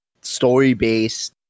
story-based